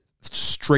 straight